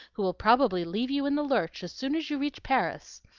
who will probably leave you in the lurch as soon as you reach paris.